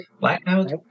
Blackout